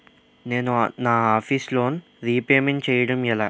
నేను నా office loan repayment చేయడం ఎలా?